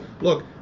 look